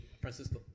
Francisco